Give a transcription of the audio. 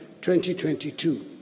2022